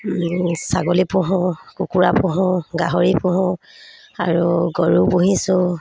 ছাগলী পোহোঁ কুকুৰা পোহোঁ গাহৰি পোহোঁ আৰু গৰু পুহিছোঁ